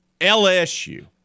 LSU